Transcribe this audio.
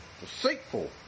deceitful